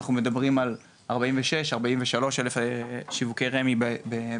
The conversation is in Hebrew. אנחנו מדברים על 43,000-46,000 שיווקי רשות מקרקעי ישראל בשנים